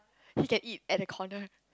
he can eat at the corner